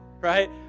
right